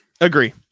agree